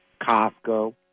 Costco